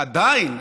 עדיין,